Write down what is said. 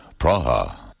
Praha